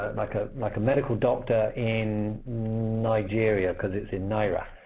and like ah like a medical doctor in nigeria, because it's in naira.